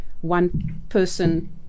one-person